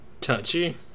Touchy